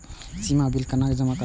सीमा bill केना जमा करब?